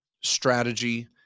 strategy